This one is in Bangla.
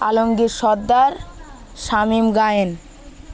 আলমগীর সর্দার শামীম গায়েন